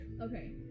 Okay